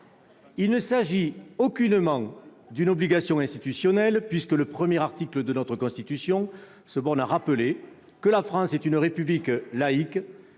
Il ne s'agit aucunement d'une obligation institutionnelle, puisque l'article 1 de notre Constitution se borne à rappeler que la France est une République laïque,